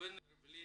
ראובן ריבלין,